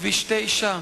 כביש 9,